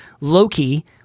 Loki